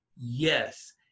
Yes